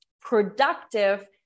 productive